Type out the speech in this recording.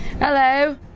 Hello